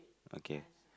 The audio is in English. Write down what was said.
okay